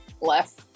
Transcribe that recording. less